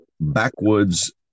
backwoods